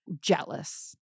jealous